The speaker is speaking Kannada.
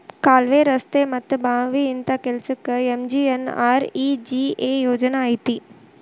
ಕಾಲ್ವೆ, ರಸ್ತೆ ಮತ್ತ ಬಾವಿ ಇಂತ ಕೆಲ್ಸಕ್ಕ ಎಂ.ಜಿ.ಎನ್.ಆರ್.ಇ.ಜಿ.ಎ ಯೋಜನಾ ಐತಿ